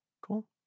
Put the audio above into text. Cool